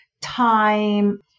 time